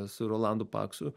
su rolandu paksu